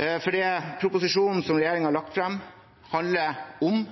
For det proposisjonen som regjeringen har lagt frem, handler om,